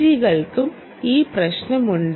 ജികൾക്ക് ശരിക്കും ഈ പ്രശ്നമുണ്ട്